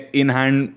in-hand